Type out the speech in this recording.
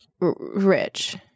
rich